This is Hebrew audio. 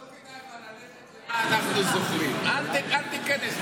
לא כדאי לך ללכת למה אנחנו זוכרים, אל תיכנס לזה.